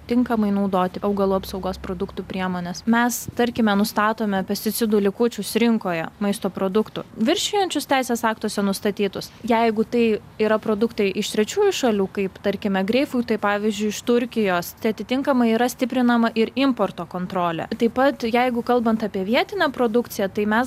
tinkamai naudoti augalų apsaugos produktų priemones mes tarkime nustatome pesticidų likučius rinkoje maisto produktų viršijančius teisės aktuose nustatytus jeigu tai yra produktai iš trečiųjų šalių kaip tarkime greipfrutai pavyzdžiui iš turkijos atitinkamai yra stiprinama ir importo kontrolė taip pat jeigu kalbant apie vietinę produkciją tai mes